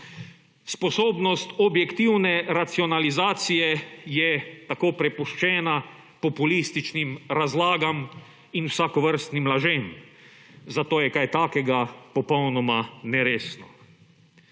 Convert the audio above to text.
Sposobnost objektivne racionalizacije je tako prepuščena populističnim razlagam in vsakovrstnim lažem, zato je kaj takega popolnoma neresno.